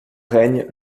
règne